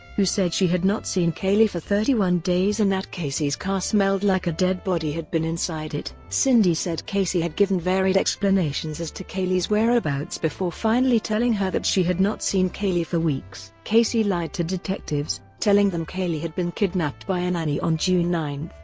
who said she had not seen caylee for thirty one days and that casey's car smelled like a dead body had been inside it. cindy said casey had given varied explanations as to caylee's whereabouts before finally telling her that she had not seen caylee for weeks. casey lied to detectives, telling them caylee had been kidnapped by a nanny on june nine,